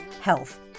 Health